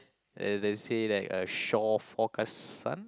and they say that uh shore forecast sun